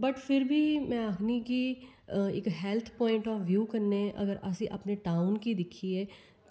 but फिर बी में आक्खनी कि इक हैल्थ पावाइंट आफ ब्यू कन्नै अगर अस अपने टाउण गी दिक्खये